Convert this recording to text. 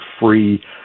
free